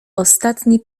ostatni